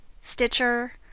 Stitcher